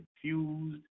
confused